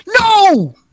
No